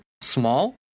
small